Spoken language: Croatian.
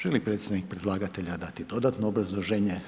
Želi li predsjednik predlagatelja dati dodatno obrazloženje?